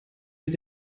mit